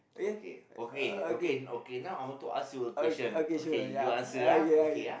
okay okay okay okay now I want to ask you a question okay you answer ah okay ah